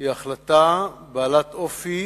היא החלטה בעלת אופי